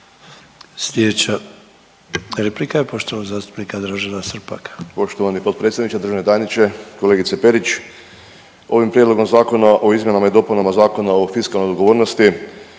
Sljedeća replika je poštovanog zastupnika Dražena Srpaka. **Srpak, Dražen (HDZ)** Poštovani potpredsjedniče, državni tajniče, kolegice Perić. Ovim Prijedlogom zakona o izmjenama i dopunama Zakona o fiskalnoj odgovornosti